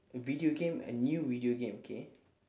a video game a new video game okay